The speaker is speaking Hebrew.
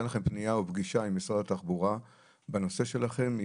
הייתה לכם פנייה או פגישה עם משרד התחבורה בנושא שלכם,